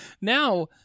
Now